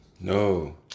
No